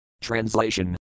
Translation